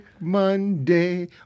Monday